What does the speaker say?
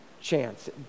chance